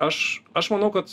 aš aš manau kad